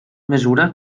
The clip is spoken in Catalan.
mesura